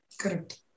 Correct